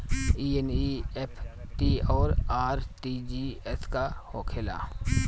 ई एन.ई.एफ.टी और आर.टी.जी.एस का होखे ला?